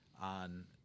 on